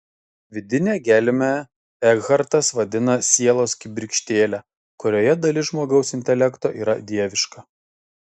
vidinę gelmę ekhartas vadina sielos kibirkštėle kurioje dalis žmogaus intelekto yra dieviška